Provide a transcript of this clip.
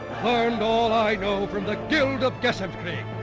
learned all i know from the guild of gessenkrieg.